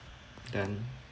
done